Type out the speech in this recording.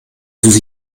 sus